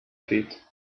feet